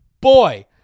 Boy